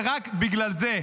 ורק בגלל זה,